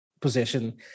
possession